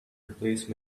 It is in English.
replace